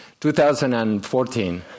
2014